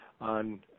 on